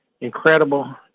incredible